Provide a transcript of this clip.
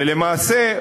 ולמעשה,